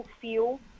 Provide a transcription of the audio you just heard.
feel